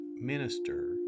minister